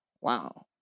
Wow